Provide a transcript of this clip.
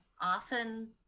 often